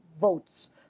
votes